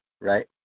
right